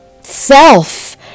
self